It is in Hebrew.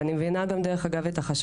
אני מבינה, דרך אגב, גם את החששות.